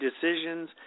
decisions